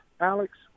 Alex